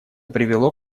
привело